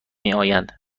میآیند